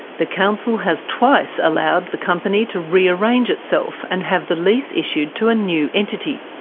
the council has twice allowed the company to re-arrange itself and have the lease issued to a new entity,